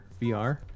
VR